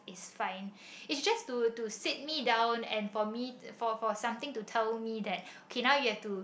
is fine is just to to sat me down and for me for for something to tell me that okay now you have to